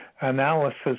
analysis